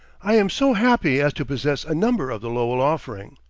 i am so happy as to possess a number of the lowell offering,